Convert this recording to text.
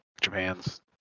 Japan's